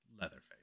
Leatherface